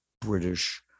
British